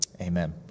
Amen